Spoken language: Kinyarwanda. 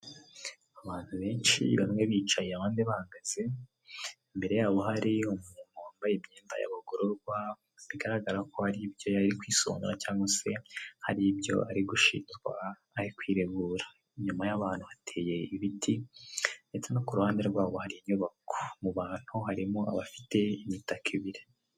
Abantu benshi bamwe bicaye abandi bahagaze imbere yabo hariyo umuntu wambaye imyenda y'abagororwa bigaragara ko hari ibyo yari kwisonga cyangwa se hari ibyo ari gushinjwa ari kwiregura, inyuma y'abantu hateye ibiti ndetse no ku ruhande rwabo hari inyubako mu bantu harimo abafite imitaka ibiri .